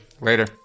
Later